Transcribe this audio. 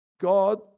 God